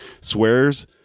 swears